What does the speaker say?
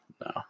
No